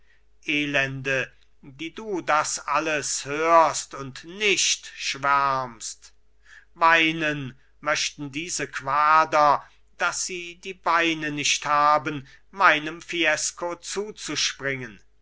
elende die du das alles hörst und nicht schwärmst weinen möchten diese quader daß sie die beine nicht haben meinem fiesco zuzuspringen